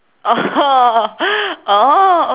oh oh